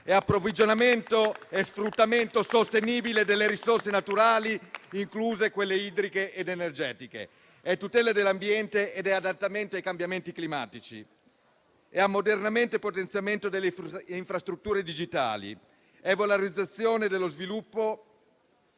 è approvvigionamento e sfruttamento sostenibile delle risorse naturali, incluse quelle idriche ed energetiche; è tutela dell'ambiente e adattamento ai cambiamenti climatici; è ammodernamento e potenziamento delle infrastrutture digitali; è valorizzazione dello sviluppo